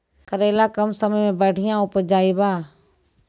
करेला कम समय मे बढ़िया उपजाई बा?